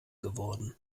geworden